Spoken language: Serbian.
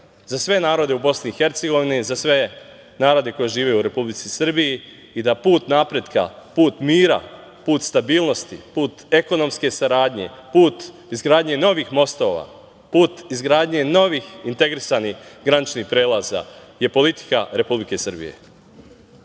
i Hercegovini, za sve narode koji žive u Republici Srbiji i da put napretka, put mira, put stabilnosti, put ekonomske saradnje, put izgradnje novih mostova, put izgradnje novih integrisanih graničnih prelaza je politika Republike Srbije.